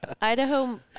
Idaho